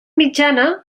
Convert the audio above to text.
mitjana